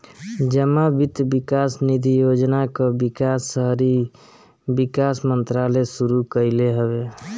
जमा वित्त विकास निधि योजना कअ विकास शहरी विकास मंत्रालय शुरू कईले हवे